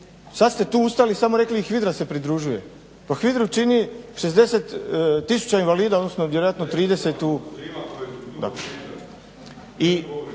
Sad ste tu ustali i samo rekli i HVIDRA se pridružuje, pa HVIDRA-u čini 60 tisuća invalida odnosno vjerojatno 30.